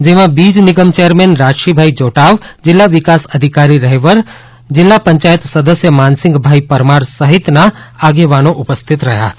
જેમાં બીજ નિગમ ચેરમેન રાજશીભાઈ જોટાવ જીલ્લા વિકાસ અધિકારી રહેવર જિલ્લા પંચાયત સદસ્ય માનસિંગભાઇ પરમાર સહિતના આગેવાનો ઉપસ્થિત રહ્યા હતા